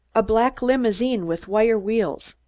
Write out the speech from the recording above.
a black limousine with wire wheels.